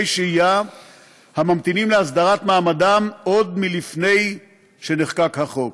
שהייה הממתינים להסדרת מעמדם עוד מלפני שנחקק החוק.